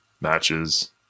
Matches